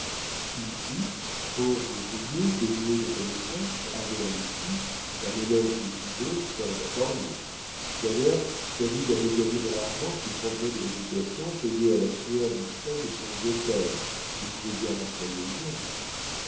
si lui pauvre ouvrier dénué de connaissances avait réussi un élève de didot ferait encore mieux d'ailleurs david avait gagné de l'argent qui provenait de l'éducation payée à la sueur du front de son vieux père il pouvait bien l'employer aujourd'hui